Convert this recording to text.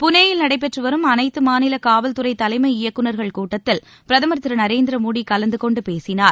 புனேயில் நடைபெற்று வரும் அனைத்து மாநில காவல்துறை தலைமை இயக்குநர்கள் கூட்டத்தில் பிரதமர் திரு நரேந்திர மோடி கலந்து கொண்டு பேசினார்